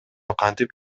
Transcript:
кантип